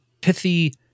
pithy